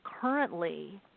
currently